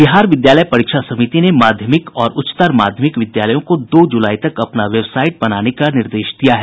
बिहार विद्यालय परीक्षा समिति ने माध्यमिक और उच्चतर माध्यमिक विद्यालयों को दो जुलाई तक अपना वेबसाइट बनाने का निर्देश दिया है